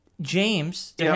James